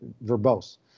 verbose